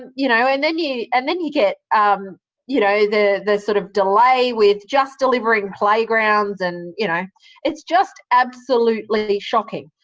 you know, and then you and then you get um you know the the sort of delay with just delivering playgrounds, and you know it's just absolutely shocking.